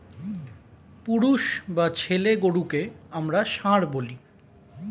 পুরুষ বা ছেলে গরুকে আমরা ষাঁড় বলি